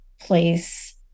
place